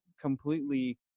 completely